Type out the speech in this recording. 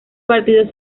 partidos